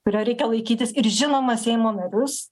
kurio reikia laikytis ir žinoma seimo narius